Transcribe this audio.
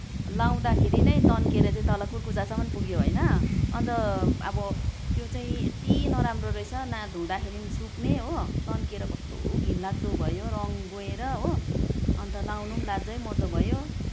लगाउँदाखेरि नै तन्किएर चाहिँ तल कुरकुच्चासम्म पुग्यो होइन अन्त अब त्यो चाहिँ यति नराम्रो रहेछ न धुँदाखेरि पनि सुक्ने हो तन्किएर कस्तो घिनलाग्दो भयो रङ गएर हो अन्त लाउनु पनि लाजैमर्दो भयो